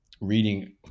reading